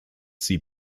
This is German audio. sie